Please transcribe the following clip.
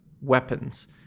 weapons